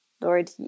Lord